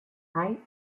hay